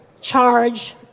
charge